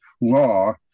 law